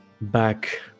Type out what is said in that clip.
back